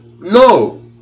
No